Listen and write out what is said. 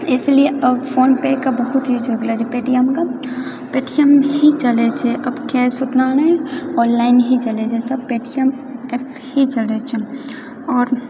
ईसीलिए अब फोनपेके बहुत यूज हो गेलऽ पेटीएमके पेटीएम ही चलैत छै आब कैश ओतना नहि ऑनलाइन ही चलैत छै सब पेटीएम ऍप ही चलैत छै आओर